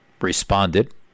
responded